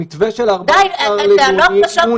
המתווה של ה-14 ביוני --- די, זה הלוך ושוב.